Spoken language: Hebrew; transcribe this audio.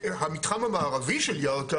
המתחם המערבי של ירכא,